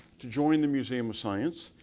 to join the museum of science,